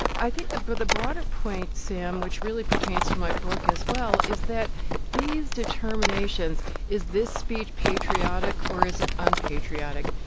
i think the but the broader point, sam, which really pertains to my book as well is that these determinations is this speech patriotic, or is it unpatriotic?